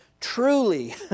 Truly